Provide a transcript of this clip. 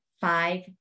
five